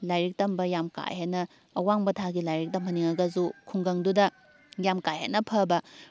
ꯂꯥꯏꯔꯤꯛ ꯇꯝꯕ ꯌꯥꯝ ꯀꯥ ꯍꯦꯟꯅ ꯑꯋꯥꯡꯕ ꯊꯥꯛꯀꯤ ꯂꯥꯏꯔꯤꯛ ꯇꯝꯍꯟꯅꯤꯡꯉꯒꯁꯨ ꯈꯨꯡꯒꯪꯗꯨꯗ ꯌꯥꯝ ꯀꯥ ꯍꯦꯟꯅ ꯐꯥꯕ